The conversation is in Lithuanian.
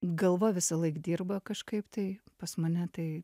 galva visąlaik dirba kažkaip tai pas mane tai